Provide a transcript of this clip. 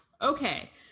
Okay